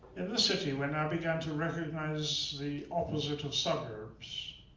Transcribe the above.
in the city, when i began to recognize the opposite of suburbs,